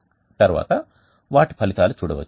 తరువాత వాటి ఫలితాలు చూడవచ్చు